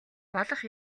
болох